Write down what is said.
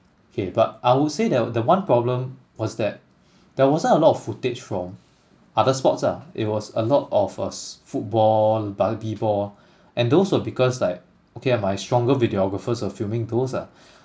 K but I would say that the one problem was that there wasn't a lot of footage from other sports ah it was a lot of uh s~ football buggy ball and those were because like okay ah my stronger videographers were filming those lah